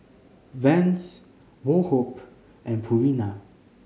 Vans Woh Hup and Purina